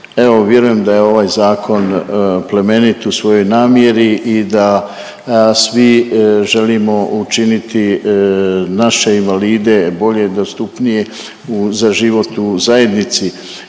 evo vjerujem da je ovaj zakon plemenit u svojoj namjeri i da svi želimo učiniti naše invalide bolje, dostupnije u, za život u zajednici